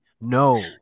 No